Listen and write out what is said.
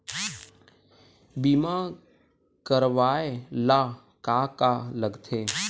बीमा करवाय ला का का लगथे?